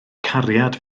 cariad